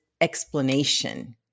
explanation